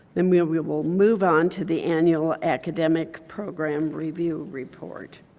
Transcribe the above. then we we will move on to the annual academic program review report.